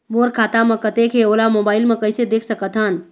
मोर खाता म कतेक हे ओला मोबाइल म कइसे देख सकत हन?